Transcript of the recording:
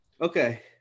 Okay